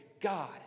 God